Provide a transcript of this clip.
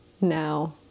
now